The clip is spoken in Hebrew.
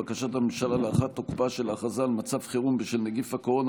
בקשת הממשלה להארכת תוקפה של ההכרזה על מצב חירום בשל נגיף הקורונה